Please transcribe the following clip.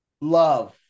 love